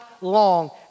long